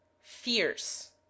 fierce